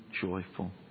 joyful